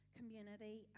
community